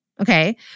Okay